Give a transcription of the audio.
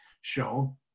show